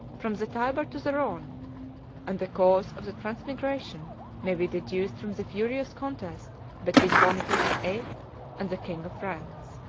from the tyber to the rhone and the cause of the transmigration may be deduced from the furious contest between boniface the eighth and the king of france.